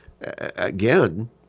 again